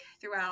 throughout